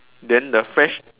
then the fresh